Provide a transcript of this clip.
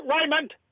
Raymond